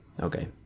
okay